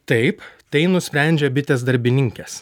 taip tai nusprendžia bitės darbininkės